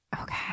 Okay